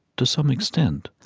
to some extent,